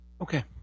Okay